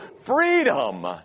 freedom